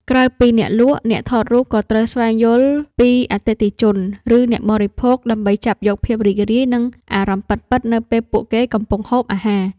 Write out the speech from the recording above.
ក្រៅពីអ្នកលក់ អ្នកថតរូបក៏ត្រូវស្វែងយល់ពី អតិថិជន ឬអ្នកបរិភោគ ដើម្បីចាប់យកភាពរីករាយ និងអារម្មណ៍ពិតៗនៅពេលពួកគេកំពុងហូបអាហារ។